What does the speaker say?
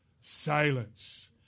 Silence